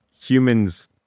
Humans